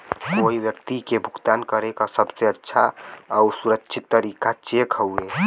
कोई व्यक्ति के भुगतान करे क सबसे अच्छा आउर सुरक्षित तरीका चेक हउवे